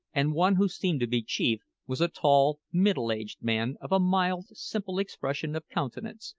and one who seemed to be chief, was a tall, middle-aged man, of a mild, simple expression of countenance,